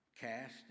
cast